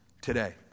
today